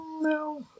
No